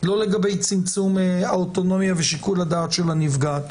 לא לגבי צמצום האוטונומיה ושיקול הדעת של הנפגעת.